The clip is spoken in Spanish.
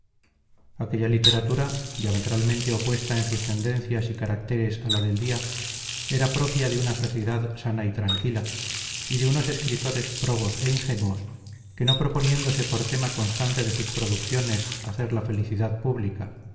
aquella literatura diametralmente opuesta en sus tendencias y caracteres a la del día era propia de una sociedad sana y tranquila y de unos escritores probos e ingenuos que no proponiéndose por tema constante de sus producciones hacer la felicidad pública